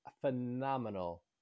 phenomenal